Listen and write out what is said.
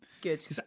Good